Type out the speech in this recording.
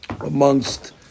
amongst